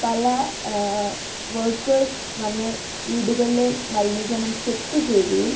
പല വർക്കേഴ്സ് വന്ന് വീടുകളിലെ മലിനീകരണം ചെക്കു ചെയ്യുകയും